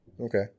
Okay